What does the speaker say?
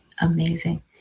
amazing